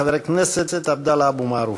חבר הכנסת עבדאללה אבו מערוף.